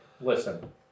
Listen